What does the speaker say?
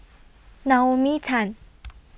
Naomi Tan